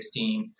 2016